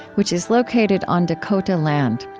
which is located on dakota land.